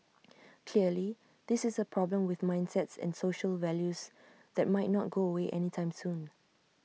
clearly this is A problem with mindsets and social values that might not go away anytime soon